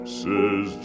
says